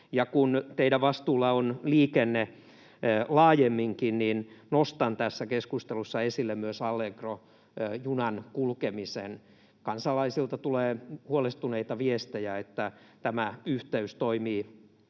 kun teidän vastuullanne on liikenne laajemminkin, niin nostan tässä keskustelussa esille myös Allegro-junan kulkemisen. Kansalaisilta tulee huolestuneita viestejä, että tämä yhteys toimii